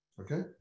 Okay